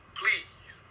please